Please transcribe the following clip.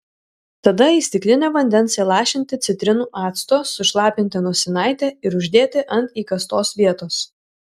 tada į stiklinę vandens įlašinti citrinų acto sušlapinti nosinaitę ir uždėti ant įkastos vietos